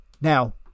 now